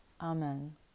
Amen